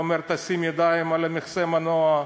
והוא אומר: תשים ידיים על מכסה המנוע,